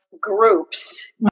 groups